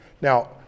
Now